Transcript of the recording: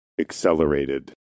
accelerated